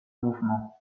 mouvement